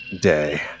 Day